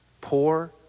Poor